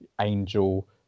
Angel